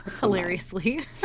Hilariously